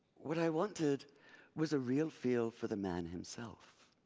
what i wanted was a real feel for the man himself.